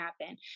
happen